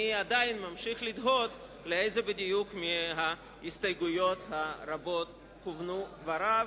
אני עדיין ממשיך לתהות לאיזו בדיוק מההסתייגויות הרבות כוונו דבריו,